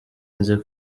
nzi